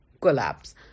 collapse